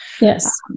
Yes